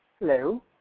Hello